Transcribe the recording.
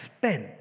spent